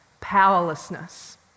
powerlessness